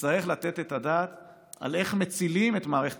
תצטרך לתת את הדעת על איך מצילים את מערכת